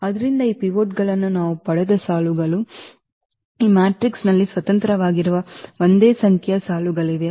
ಆದ್ದರಿಂದ ಈ ಪಿವೋಟ್ಗಳನ್ನು ನಾವು ಪಡೆದ ಸಾಲುಗಳು ಈ ಮ್ಯಾಟ್ರಿಕ್ಸ್ನಲ್ಲಿ ಸ್ವತಂತ್ರವಾಗಿರುವ ಒಂದೇ ಸಂಖ್ಯೆಯ ಸಾಲುಗಳಿವೆ